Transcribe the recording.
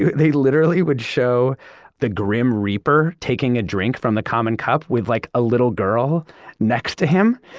they literally would show the grim reaper taking a drink from the common cup with like, a little girl next to him.